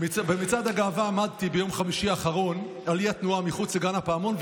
במצעד הגאווה עמדתי ביום חמישי האחרון על אי התנועה מחוץ לגן הפעמון,